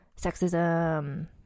sexism